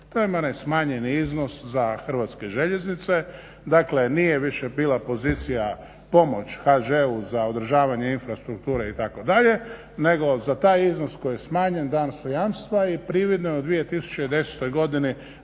vam je onaj smanjeni iznos za Hrvatske željeznice, dakle nije više bila pozicija pomoć HŽ-u za održavanje infrastrukture itd. nego za taj iznos koji je smanjen dana su jamstva i prividno je u 2010.godini